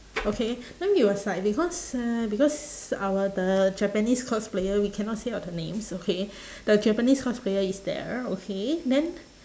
okay then we was like because uh because our the japanese cosplayer we cannot say out the names okay the japanese cosplayer is there okay then